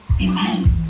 amen